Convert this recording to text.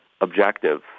objective